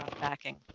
backing